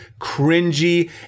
cringy